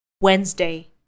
Wednesday